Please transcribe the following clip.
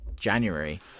January